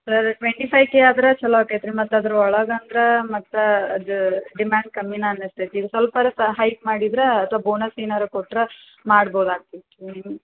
sir twenty five K ಆದ್ರ ಚಲೋ ಆಕೈತೆ ರೀ ಮತ್ತು ಅದ್ರ ಒಳಗ ಅಂದ್ರಾ ಮತ್ತು ಅದ ಡಿಮ್ಯಾಂಡ್ ಕಮ್ಮಿನ ಅನ್ನಸ್ತೈತಿ ಇನ್ನು ಸೊಲ್ಪ ಅರ ಸ ಹೈಕ್ ಮಾಡಿದ್ರಾ ಅಥ್ವ ಬೋನಸ್ ಏನಾರ ಕೊಟ್ರ ಮಾಡ್ಬೋದು ಆಕ್ತೈತಿ